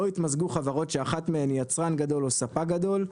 לא יתמזגו חברות שאחת מהן היא יצרן גדול או ספק גדול,